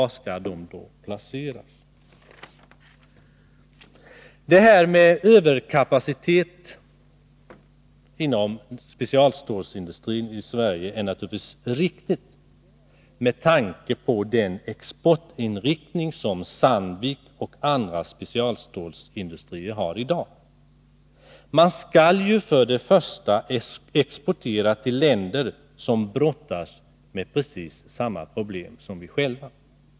Resonemanget beträffande överkapaciteten inom specialstålsindustrin i Sverige är naturligtvis riktigt med tanke på den exportinriktning som Sandvik och andra specialstålsindustrier i dag har. Man skall ju först och främst exportera till länder som brottas med precis samma problem som dem vi själva har.